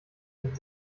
mit